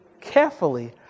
carefully